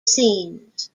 scenes